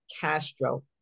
Castro